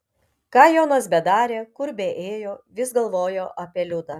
ką jonas bedarė kur beėjo vis galvojo apie liudą